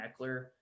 Eckler